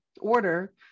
order